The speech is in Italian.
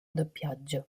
doppiaggio